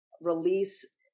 Release